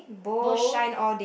bow